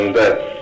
death